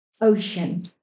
ocean